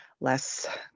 less